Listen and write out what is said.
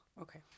Okay